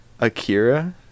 Akira